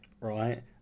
right